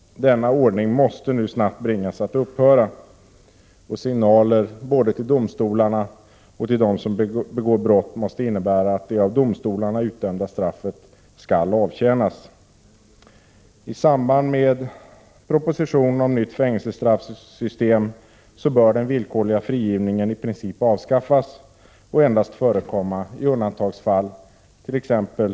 Denna ordning måste nu snabbt bringas att upphöra. Signaler både till domstolar och till dem som begår brott måste innebära att de av domstolarna utdömda straffen skall avtjänas. 129 I samband med proposition om nytt fängelsestraffsystem bör den villkorliga frigivningen i princip avskaffas och endast förekomma i undantagsfall. Det kant.ex.